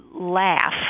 laugh